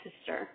sister